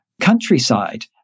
countryside